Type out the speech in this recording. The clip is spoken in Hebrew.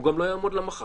הוא גם לא יעמוד לה מחר,